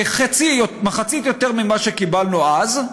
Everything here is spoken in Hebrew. כמחצית יותר ממה שקיבלנו אז,